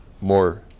more